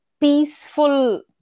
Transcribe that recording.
peaceful